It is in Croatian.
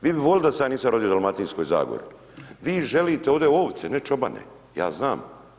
Vi bi volio da se ja nisam rodio u Dalmatinskoj zagori, vi želite ovdje ovce, ne čobane, ja znam.